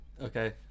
Okay